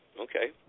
Okay